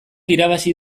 irabazi